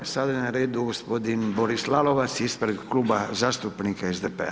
Sada je na redu g. Boris Lalovac ispred Kluba zastupnika SDP-a.